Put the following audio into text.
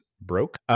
broke